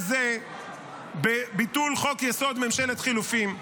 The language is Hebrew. זה מאשר ביטול חוק-יסוד: ממשלת חילופים.